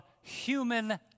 human